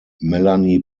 melanie